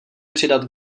přidat